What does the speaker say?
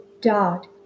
dot